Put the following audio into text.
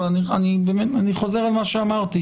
אני חוזר על מה שאמרתי,